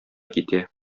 китә